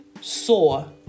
saw